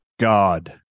God